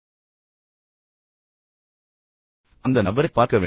எனவே அந்த நபரைப் பார்க்க வேண்டாம்